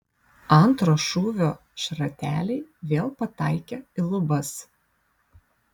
antro šūvio šrateliai vėl pataikė į lubas